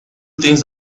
things